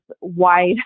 wide